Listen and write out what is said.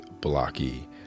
blocky